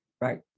Right